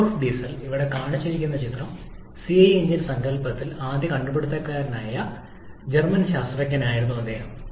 Rudolf Diesel ഇവിടെ കാണിച്ചിരിക്കുന്ന ചിത്രം സിഐ എഞ്ചിൻ സങ്കൽപ്പത്തിന്റെ ആദ്യ കണ്ടുപിടുത്തക്കാരനായ ജർമ്മൻ ശാസ്ത്രജ്ഞനായിരുന്നു അദ്ദേഹം